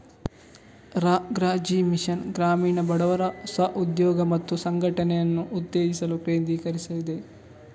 ರಾ.ಗ್ರಾ.ಜೀ mission ಗ್ರಾಮೀಣ ಬಡವರ ಸ್ವ ಉದ್ಯೋಗ ಮತ್ತು ಸಂಘಟನೆಯನ್ನು ಉತ್ತೇಜಿಸಲು ಕೇಂದ್ರೀಕರಿಸಿದೆ